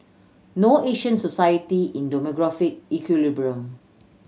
no Asian society in demographic equilibrium